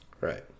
right